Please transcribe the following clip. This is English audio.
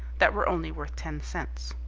that were only worth ten cents.